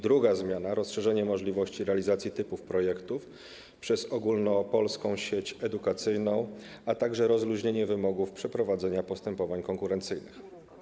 Druga zmiana - rozszerzenie możliwości realizacji typów projektów przez Ogólnopolską Sieć Edukacyjną, a także rozluźnienie wymogów przeprowadzania postępowań konkurencyjnych.